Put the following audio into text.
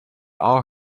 all